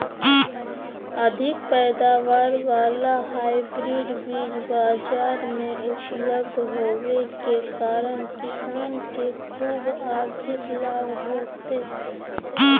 अधिक पैदावार वाला हाइब्रिड बीज बाजार मे उपलब्ध होबे के कारण किसान के ख़ूब आर्थिक लाभ होतय